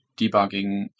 debugging